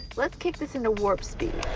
let's kick this into warp speed.